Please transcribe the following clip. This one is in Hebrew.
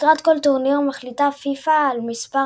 לקראת כל טורניר מחליטה פיפ"א על מספר